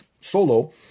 solo